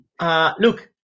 Look